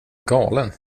galen